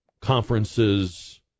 conferences